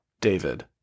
David